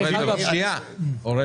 אוראל